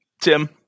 Tim